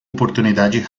oportunidade